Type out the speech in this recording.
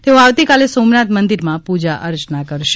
તેઓ આવતીકાલે સોમનાથ મંદિરમાં પૂજા અર્ચના કરશે